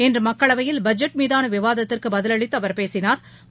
இன்றுமக்களவையில் budget மீதானவிவாதத்திற்குபதிலளித்துஅவா் பேசினாா்